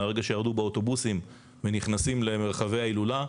מהרגע שירדו באוטובוסים ונכנסים למרחבי ההילולה,